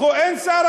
אין שר,